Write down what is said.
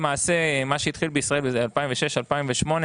שהתחיל בישראל ב-2006-2008,